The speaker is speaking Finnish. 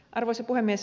arvoisa puhemies